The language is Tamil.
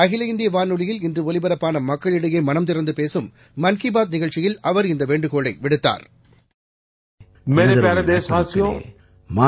அகில இந்தியவானொலியில் இன்றுஒலிபரப்பானமக்களிடையேமனந்திறந்துபேசும் மன்கிபாத் நிகழ்ச்சியில் அவர் இந்தவேண்டுகோளைவிடுத்தார்